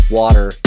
water